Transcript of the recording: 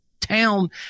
Town